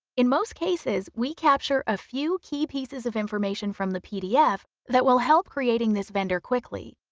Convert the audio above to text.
in most cases we capture a few key pieces of information from the pdf that will help creating this vendor quickly.